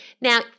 Now